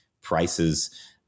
prices